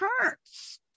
hurts